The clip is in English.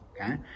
okay